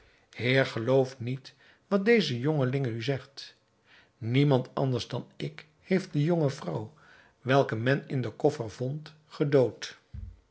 heer geloof niet wat deze jongeling u zegt niemand anders dan ik heeft de jonge vrouw welke men in den koffer vond gedood